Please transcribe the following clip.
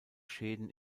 schäden